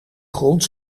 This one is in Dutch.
grond